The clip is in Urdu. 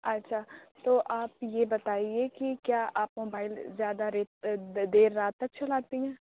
اچھا تو آپ یہ بتائیے کہ کیا آپ موبائل زیادہ ریت دیر رات تک چلاتی ہیں